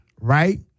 right